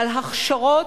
על הכשרות,